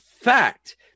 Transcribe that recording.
fact